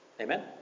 Amen